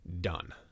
done